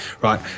right